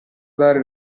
dare